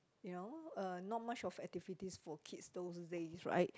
you know uh not much of activities for kids those days right